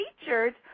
featured